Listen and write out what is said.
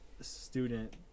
student